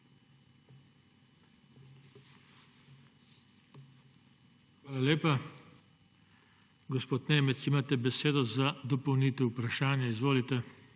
Hvala lepa. Gospod Kordiš, imate besedo za dopolnitev vprašanja. Izvolite.